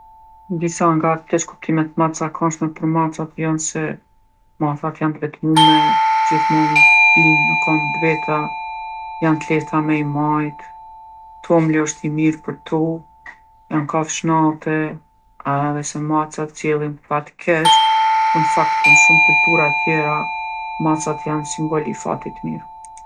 Disa nga keqkuptimet ma t'zakonshme për macat jon se macat janë t'vetmume, gjithmonë bijnë n'kom t'veta, janë t'lehta me i majtë, tomli osht i mirë për to, janë kafshë nate, edhe se macat sjellin fat t'keq, ku n'fakt në shumë kultura tjera macat janë simbol i fatit t'mirë.